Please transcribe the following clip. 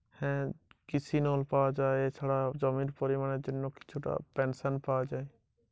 কৃষি শ্রমিকদের রাজ্য সরকারের পক্ষ থেকে কি কি সুবিধা দেওয়া হয়েছে?